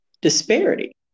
disparity